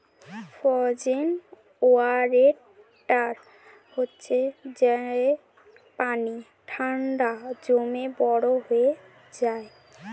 frozen water হচ্ছে যেই পানি ঠান্ডায় জমে বরফ হয়ে যায়